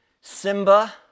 Simba